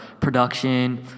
production